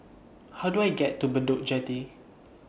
How Do I get to Bedok Jetty